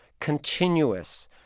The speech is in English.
continuous